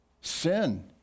sin